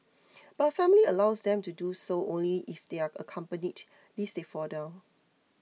but her family allows them to do so only if they are accompanied lest they fall down